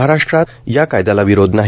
महाराष्ट्रात या कायद्याला विरोध नाही